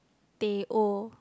teh O